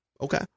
Okay